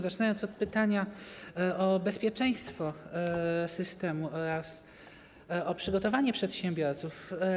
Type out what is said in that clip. Zacznę od pytania o bezpieczeństwo systemu oraz o przygotowanie przedsiębiorców.